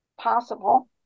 possible